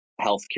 healthcare